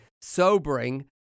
sobering